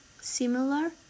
similar